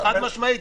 חד משמעית,